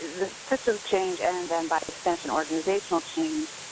the systems change and and then by extension organizational change